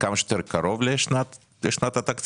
כמה שיותר קרוב לשנת התקציב?